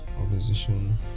organization